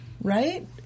Right